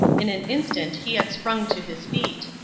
in an instant he had sprung to his feet.